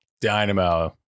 Dynamo